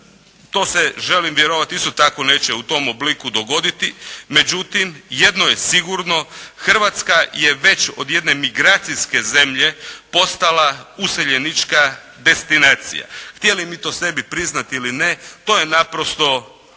To se želim vjerovati isto tako neće u tom obliku dogoditi. Međutim, jedno je sigurno. Hrvatska je već od jedne migracijske zemlje postala useljenička destinacija htjeli mi to sebi priznati ili ne to je naprosto